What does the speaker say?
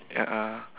a'ah